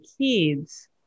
kids